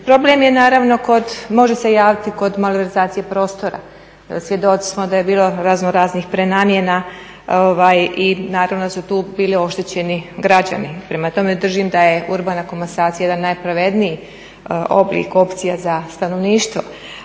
Problem je naravno kod, može se javiti kod malverzacije prostora, svjedoci smo da je bilo razno raznih prenamjena i naravno da su tu bili oštećeni građani. Prema tome, držim da je urbana komasacija jedan najpravedniji oblik opcija za stanovništvo.